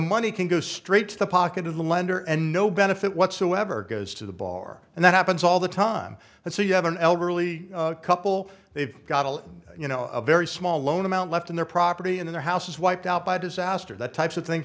money can go straight to the pocket of the lender and no benefit whatsoever goes to the bar and that happens all the time and so you have an elderly couple they've got all you know a very small loan amount left in their property and their house is wiped out by disaster that type of thing